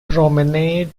promenade